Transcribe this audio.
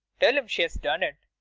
tell him she's done it.